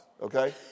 okay